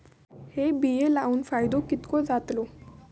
हे बिये लाऊन फायदो कितको जातलो?